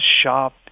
shop